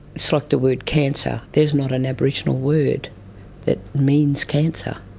it's like the word cancer, there is not an aboriginal word that means cancer,